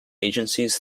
agencies